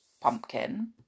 pumpkin